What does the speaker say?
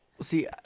See